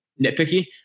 nitpicky